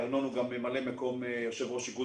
ארנון אפק הוא גם ממלא מקום יושב-ראש איגוד